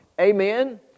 Amen